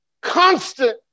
constant